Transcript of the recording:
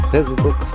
Facebook